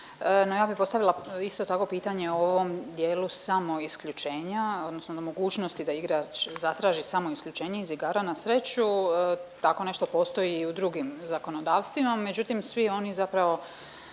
no ja bi postavila isto tako pitanje o ovom dijelu samoisključenja odnosno nemogućnosti da igrač zatraži samoisključenje iz igara na sreću. Tako nešto postoji i u drugim zakonodavstvima, međutim svi oni zapravo